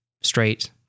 Straight